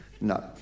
no